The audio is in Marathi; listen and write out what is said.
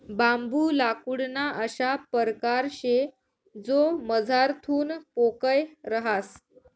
बांबू लाकूडना अशा परकार शे जो मझारथून पोकय रहास